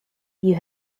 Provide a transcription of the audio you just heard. you